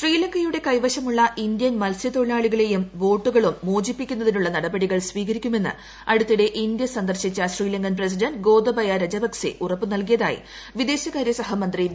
ശ്രീലങ്കയുടെ കൈവൾമുള്ള ഇന്ത്യൻ മൽസ്യത്തൊഴിലാളികളെയും ബോട്ടുക്കളും മോചിപ്പിക്കുന്നതിനുള്ള നടപടികൾ സ്വീകരിക്കുമെന്ന് അടുത്തിടെ ഇന്ത്യ സന്ദർശിച്ച ശ്രീലങ്കൻ പ്രസിഡന്റ് ഗോതബായ രജപക്സ് ഉർപ്പുനൽകിയതായി വിദേശകാര്യ സഹമന്ത്രി വി